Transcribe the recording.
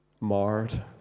marred